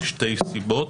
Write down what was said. משתי סיבות: